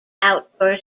outdoor